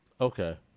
Okay